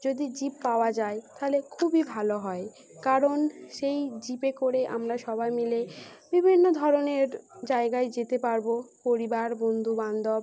যদি জিপ পাওয়া যায় তাহলে খুবই ভালো হয় কারণ সেই জিপে করে আমরা সবাই মিলে বিভিন্ন ধরনের জায়গায় যেতে পারব পরিবার বন্ধুবান্ধব